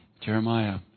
Jeremiah